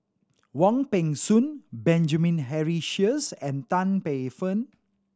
Wong Peng Soon Benjamin Henry Sheares and Tan Paey Fern